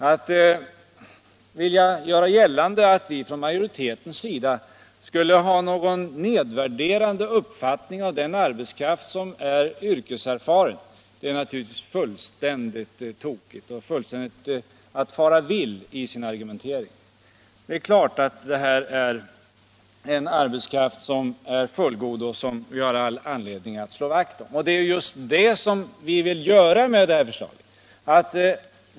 Att göra gällande att vi från majoritetens sida skulle ha en nedvärderande uppfattning om den arbetskraft som är över 50 år är naturligtvis fullständigt tokigt och att fara vill i argumenteringen. Det är klart att det är en arbetskraft som genom sin yrkeserfarenhet är mycket värdefull och som vi har all anledning att slå vakt om. Det är just det vi vill göra i detta förslag.